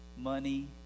money